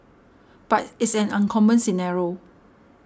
but it's an uncommon scenario